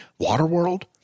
Waterworld